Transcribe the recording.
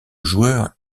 joueur